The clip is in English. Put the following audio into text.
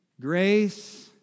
Grace